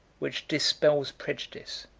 which dispels prejudice,